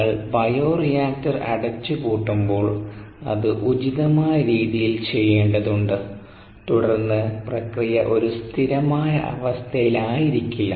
നിങ്ങൾ bioreactor അടച്ചു പൂട്ടുമ്പോൾ അത് ഉചിതമായ രീതിയിൽ ചെയ്യേണ്ടതുണ്ട് തുടർന്ന് പ്രക്രിയ ഒരു സ്ഥിരമായ അവസ്ഥയായിരിക്കില്ല